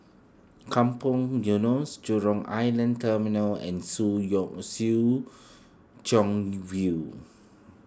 Kampong Eunos Jurong Island Terminal and Soo Soo Chow View